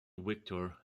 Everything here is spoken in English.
victor